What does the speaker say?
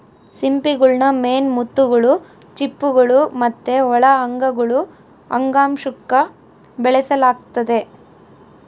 ಸಿಂಪಿಗುಳ್ನ ಮೇನ್ ಮುತ್ತುಗುಳು, ಚಿಪ್ಪುಗುಳು ಮತ್ತೆ ಒಳ ಅಂಗಗುಳು ಅಂಗಾಂಶುಕ್ಕ ಬೆಳೆಸಲಾಗ್ತತೆ